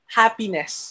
happiness